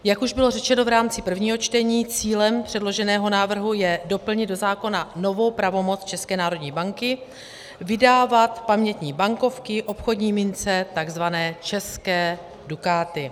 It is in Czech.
Jak už bylo řečeno v rámci prvního čtení, cílem předloženého návrhu je doplnit do zákona novou pravomoc České národní banky vydávat pamětní bankovky, obchodní mince, tzv. české dukáty.